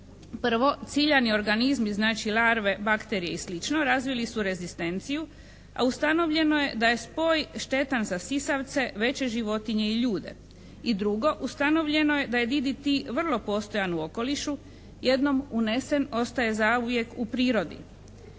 Prvo, ciljani organizmi, znači larve, bakterije i slično, razvili su rezistenciju a ustanovljeno je da je spoj štetan za sisavce, veće životinje i ljude. I drugo, ustanovljeno je da je DDT vrlo postojan u okolišu. Jednom unesen ostaje zauvijek u prirodi.